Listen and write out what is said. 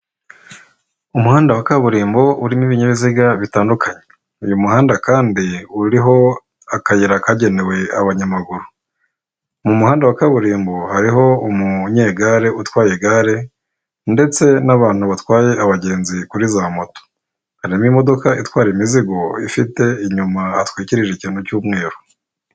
Umuhanda wa kaburimbo urimo ibinyabiziga bitandukanye uyu muhanda kandi uririho akayira kagenewe abanyamaguru. Mu muhanda wa kaburimbo hariho umunyegare utwaye igare, ndetse n'abantu batwaye abagenzi kuri za moto. Harimo imodoka itwara imizigo ifite inyuma hatwikirije ikintu mu cy'umweru.